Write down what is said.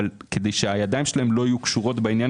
כדי שהידיים שלהם לא יהיו קשורות בעניין